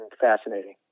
fascinating